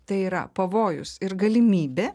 tai yra pavojus ir galimybė